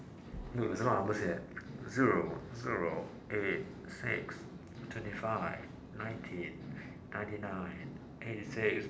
no there's a lot of numbers here eh zero zero eight six twenty five nineteen ninety nine eighty six